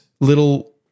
Little